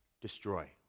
destroy